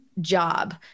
job